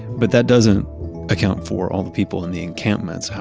but that doesn't account for all the people in the encampments.